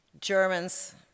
Germans